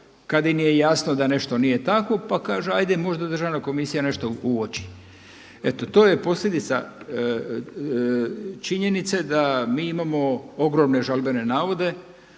kada im je jasno da nešto nije tako, pa kaže – hajde možda državna komisija nešto uoči. Eto, to je posljedica činjenice da mi imamo ogromne žalbene navode.